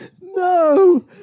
No